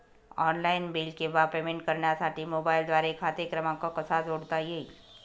Online bill किंवा payment करण्यासाठी मोबाईलद्वारे खाते क्रमांक कसा जोडता येईल?